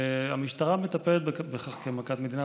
והמשטרה מטפלת בכך כמכת מדינה.